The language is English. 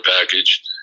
package